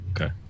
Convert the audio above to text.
Okay